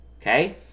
okay